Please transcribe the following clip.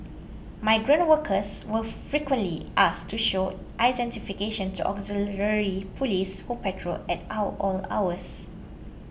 migrant workers were frequently asked to show identification to auxiliary police who patrol at our all hours